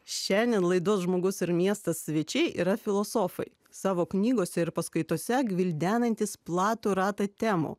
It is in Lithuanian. šiandien laidos žmogus ir miestas svečiai yra filosofai savo knygose ir paskaitose gvildenantys platų ratą temų